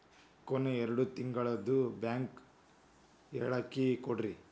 ಕೊನೆ ಎರಡು ತಿಂಗಳದು ಬ್ಯಾಂಕ್ ಹೇಳಕಿ ಕೊಡ್ರಿ